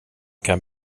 kan